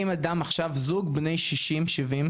האם עכשיו זוג בני שישים-שבעים,